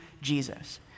Jesus